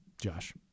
Josh